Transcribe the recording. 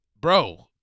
bro